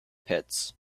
pits